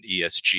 esg